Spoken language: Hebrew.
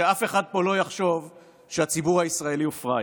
ושאף אחד פה לא יחשוב שהציבור הישראלי הוא פראייר.